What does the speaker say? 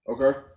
Okay